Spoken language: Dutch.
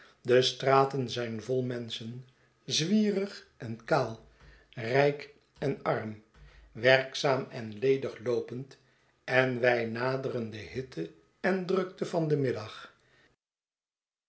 de straten zijn vol menschen zwierig en kaal rijk en arm werkzaam en ledigloopend en wij naderen de hitte en drukte van den middag